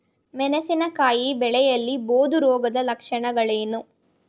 ಮೆಣಸಿನಕಾಯಿ ಬೆಳೆಯಲ್ಲಿ ಬೂದು ರೋಗದ ಲಕ್ಷಣಗಳೇನು?